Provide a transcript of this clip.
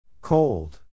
Cold